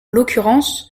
l’occurrence